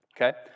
okay